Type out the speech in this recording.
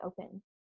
open